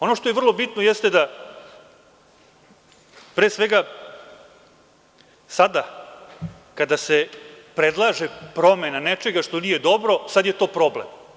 Ono što je vrlo bitno jeste da pre svega sada kada se predlaže promena nečega što nije dobro, sada je to problem.